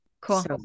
cool